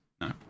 No